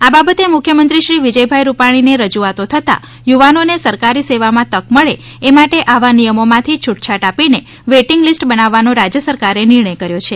આ બાબતે મુખ્યમંત્રી શ્રી વિજયભાઇ રૂપાણીને રજૂઆતો થતા યુવાનોને સરકારી સેવામાં તક મળે એ માટે આવા નિયમોમાંથી છૂટછાટ આપીને વેઇટીંગ લીસ્ટ બનાવવાનો રાજ્ય સરકારે નિર્ણય કર્યો છે